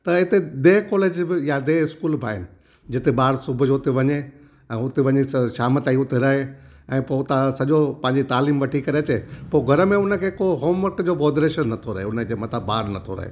त हिते दे कॉलेज या दे स्कूल बि आहिनि जिते ॿार सुबुह जो हुते वञे ऐं हुते वञी श शाम ताईं हुते रहे ऐं पोइ हुतां खां सॼो पंहिंजी तालीमु वठी करे अचे पोइ घर में हुनखे को होमवर्क जो बोदरेशन नथो रहे हुनजे मथां भार नथो रहे